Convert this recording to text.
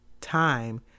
time